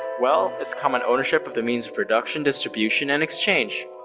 well, it's common ownership of the means of production, distribution, and exchange.